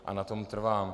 A na tom trvám.